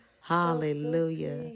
Hallelujah